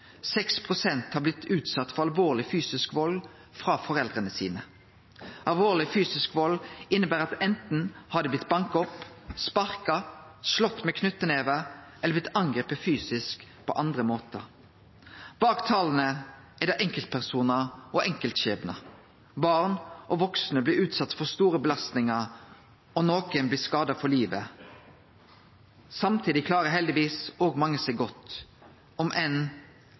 pst. har blitt utsette for alvorleg fysisk vald frå foreldra sine. Alvorleg fysisk vald inneber anten at dei har blitt banka opp, sparka, slått med knyttneve eller har blitt angripne fysisk på andre måtar. Bak tala er det enkeltpersonar og enkeltskjebnar. Barn og vaksne blir utsette for store belastingar, og nokre blir skada for livet. Samtidig klarer – heldigvis – òg mange seg godt, om